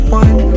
one